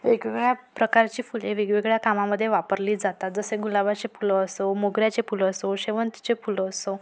वेगवेगळ्या प्रकारची फुले वेगवेगळ्या कामामध्ये वापरली जातात जसे गुलाबाचे फुलं असो मोगऱ्याचे फुलं असो शेवंंतीचे फुलं असो